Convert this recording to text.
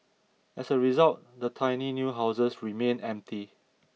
as a result the tiny new houses remained empty